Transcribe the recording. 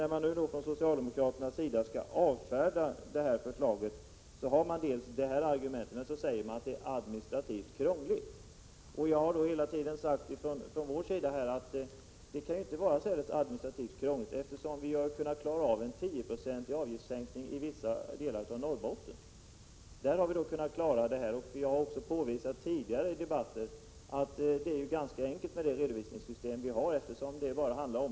När nu socialdemokraterna vill avfärda förslaget, anför de dels argumentet om variationerna, dels säger de att förslaget är administrativt krångligt. Men vi har hela tiden sagt att det inte kan vara särskilt administrativt krångligt. Vi har ju kunnat klara av en tioprocentig avgiftssänkning i vissa delar av Norrbotten. Jag har också tidigare i debatten påvisat att det redovisningssystem som vi har är ganska enkelt.